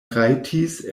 rajtis